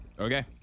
Okay